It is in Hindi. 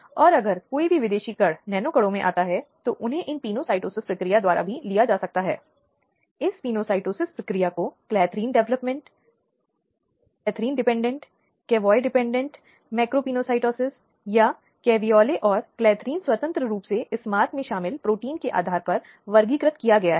उस पहलू पर जहां इसे बलात्कार आदि के अपराधों में देखा गया है पुलिस द्वारा मना कर दिया गया है इस उद्देश्य के लिए एक संशोधन हुआ था जहां पुलिस की ओर से ऐसी कार्य को सीआरपीसी की धारा 166ए के तहत दंडनीय बनाया गया है